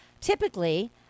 typically